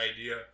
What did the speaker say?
idea